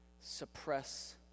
Suppress